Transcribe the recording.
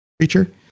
creature